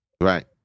right